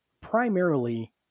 primarily